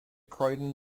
croydon